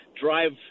drive